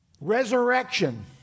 Resurrection